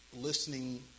listening